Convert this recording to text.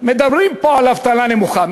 מדברים פה על אבטלה נמוכה.